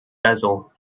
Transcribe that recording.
basil